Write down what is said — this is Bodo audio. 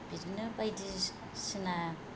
बिदिनो बायदिसिना